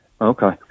Okay